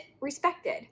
respected